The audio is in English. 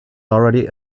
already